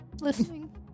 Listening